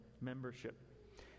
membership